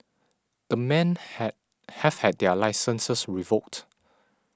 the men had have had their licences revoked